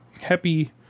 Happy